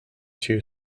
two